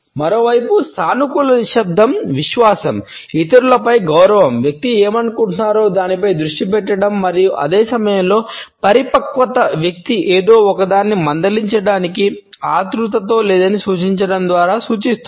మరోవైపు సానుకూల నిశ్శబ్దం విశ్వాసం ఇతరులపై గౌరవం వ్యక్తి ఏమనుకుంటున్నారో దానిపై దృష్టి పెట్టడం మరియు అదే సమయంలో పరిపక్వత వ్యక్తి ఏదో ఒకదానిని మందలించటానికి ఆతురుతలో లేదని సూచించడం ద్వారా సూచిస్తుంది